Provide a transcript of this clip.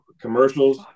commercials